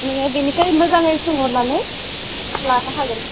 नोङो बिनिफ्राय मोजाङै सोंहरनानै लानो हागोन